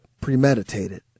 premeditated